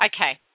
Okay